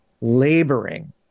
laboring